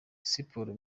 siporo